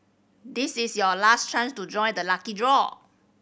this is your last chance to join the lucky draw